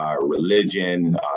religion